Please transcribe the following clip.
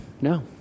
No